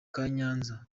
nyanza